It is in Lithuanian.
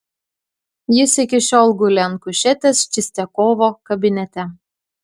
jis iki šiol guli ant kušetės čistiakovo kabinete